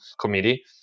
committee